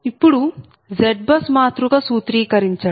ఇప్పుడు ZBUS మాతృక సూత్రీకరించడం